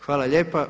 Hvala lijepa.